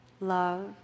love